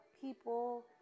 people